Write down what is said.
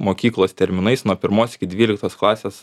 mokyklos terminais nuo pirmos iki dvyliktos klasės